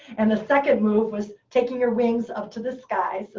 and the second move was taking your wings up to the sky, so